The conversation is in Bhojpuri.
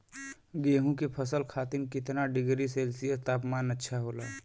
गेहूँ के फसल खातीर कितना डिग्री सेल्सीयस तापमान अच्छा होला?